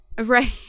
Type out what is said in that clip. Right